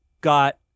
got